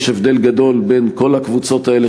יש הבדל גדול בין כל הקבוצות האלה,